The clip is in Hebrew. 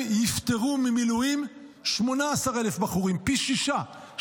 הם יפטרו ממילואים 18,000 בחורים, פי שישה.